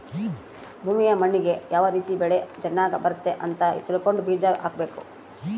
ಭೂಮಿಯ ಮಣ್ಣಿಗೆ ಯಾವ ರೀತಿ ಬೆಳೆ ಚನಗ್ ಬರುತ್ತೆ ಅಂತ ತಿಳ್ಕೊಂಡು ಬೀಜ ಹಾಕಬೇಕು